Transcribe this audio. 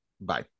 Bye